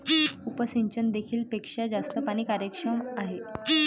उपसिंचन देखील पेक्षा जास्त पाणी कार्यक्षम आहे